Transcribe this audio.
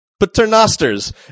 Paternosters